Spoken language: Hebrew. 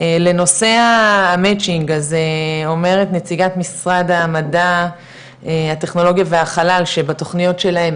לנושא המצ'ינג אז אומרת נציגת משרד המדע הטכנולוגיה והחלל שבתוכניות שלהם